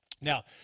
Now